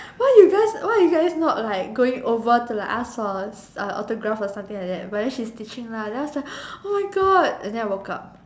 why you guys why you guys not like going over to like ask for autograph or something like that but then she's teaching lah then I was like oh my god and then I woke up